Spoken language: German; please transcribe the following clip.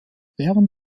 während